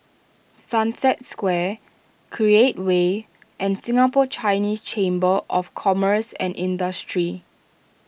Sunset Square Create Way and Singapore Chinese Chamber of Commerce and Industry